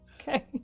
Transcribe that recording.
Okay